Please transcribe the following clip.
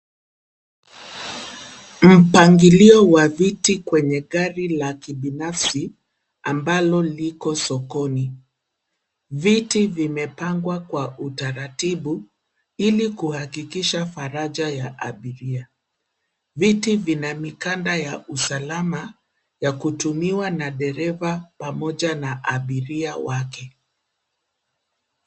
Mpangilio wa viti kwenye gari la kibinafsi ambalo liko sokoni. Viti vimepangwa kwa utaratibu ili kuhakikisha faraja ya abiria. Viti vina mikanda ya usalama ya kutumiwa na dereva pamoja na abiria wake.